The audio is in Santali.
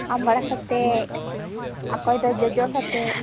ᱟᱢᱲᱟ ᱥᱟᱣᱛᱮ ᱚᱠᱚᱭ ᱫᱚ ᱡᱚᱡᱚ ᱥᱟᱣᱛᱮ